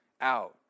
out